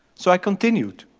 so i continued.